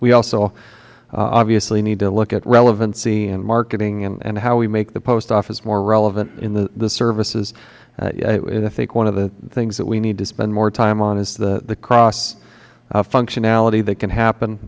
we also obviously need to look at relevancy and marketing and how we make the post office more relevant in the services and i think one of the things that we need to spend more time on is the cross functionality that can happen